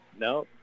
No